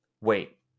Wait